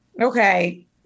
okay